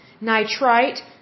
nitrite